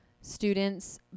students